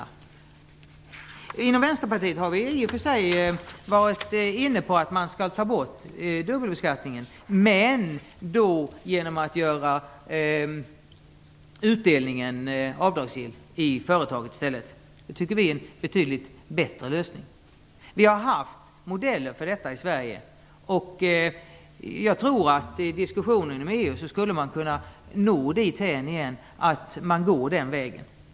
Vi har inom Vänsterpartiet i och för sig varit inne på att dubbelskattningen skall tas bort, men vi menar att utdelningen då i stället skall göras avdragsgill i företaget. Vi tycker att det är en betydligt bättre lösning. Vi har haft modeller för detta i Sverige, och jag tror att man i diskussionen med EU skulle kunna gå den vägen.